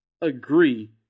agree